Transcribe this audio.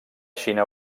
xina